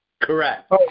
Correct